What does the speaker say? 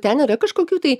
ten yra kažkokių tai